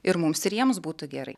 ir mums ir jiems būtų gerai